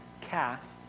cast